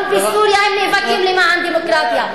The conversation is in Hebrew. גם בסוריה הם נאבקים למען דמוקרטיה.